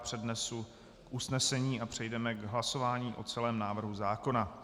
Přednesu usnesení a přejdeme k hlasování o celém návrhu zákona.